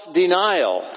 denial 。